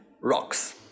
rocks